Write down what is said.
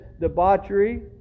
debauchery